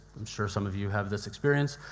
i'm sure some of you have this experience,